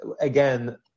again